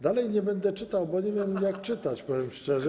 Dalej nie będę czytał, bo nie wiem, jak czytać, powiem szczerze.